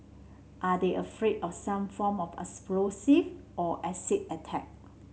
are they afraid of some form of explosive or acid attack